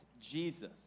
Jesus